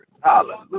Hallelujah